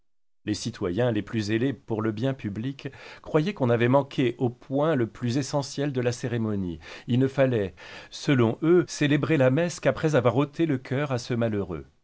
les citoyens les plus zélés pour le bien public croyaient qu'on avait manqué au point le plus essentiel de la cérémonie il ne fallait selon eux célébrer la messe qu'après avoir ôté le coeur à ce malheureux